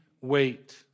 wait